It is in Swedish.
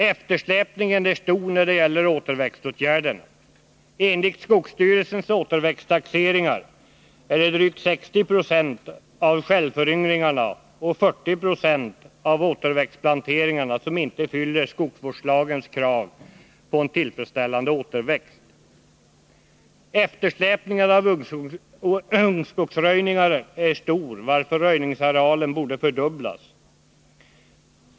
Eftersläpningen är stor när det gäller återväxtåtgärderna. Enligt skogsstyrelsens återväxttaxeringar är det drygt 60 26 av självföryngringarna och 40 90 av återväxtplanteringarna som inte fyller skogsvårdslagens krav på en tillfredsställande återväxt. Eftersläpningen av ungskogsröjningar är stor varför röjningsarealen borde fördubblas.